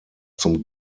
zum